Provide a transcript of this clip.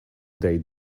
they